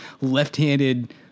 left-handed